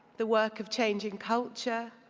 the work of changing culture,